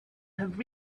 have